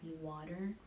water